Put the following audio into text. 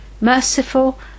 merciful